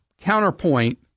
counterpoint